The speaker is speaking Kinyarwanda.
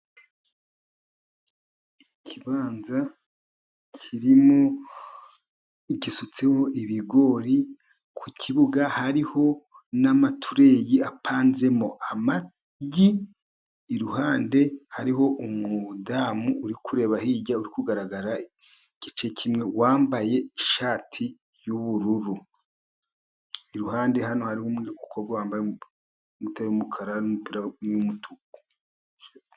Ikibanza kirimo, gisutseho ibigori ku kibuga, hariho n'amatureyi apanzemo amagi, iruhande hariho umudamu uri kureba hirya, uri kugaragara igice kimwe, wambaye ishati y'ubururu, iruhande hano hari umukobwa wambaye ingutiya y'umukara, n'umupira w'umutuku.